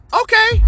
Okay